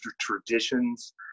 traditions